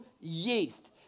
yeast